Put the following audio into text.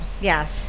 yes